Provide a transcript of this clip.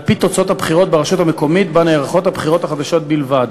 על-פי תוצאות הבחירות ברשות המקומית שבה נערכות הבחירות החדשות בלבד.